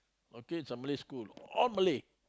okay it's a Malay school all Malay